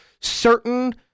certain